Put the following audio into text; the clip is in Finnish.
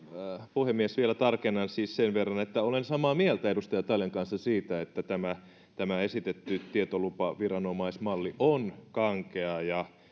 puhemies vielä tarkennan siis sen verran että olen samaa mieltä edustaja taljan kanssa siitä että tämä tämä esitetty tietolupaviranomaismalli on kankea ja